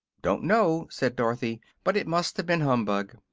don't know, said dorothy, but it must have been humbug.